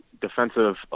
defensive